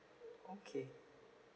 okay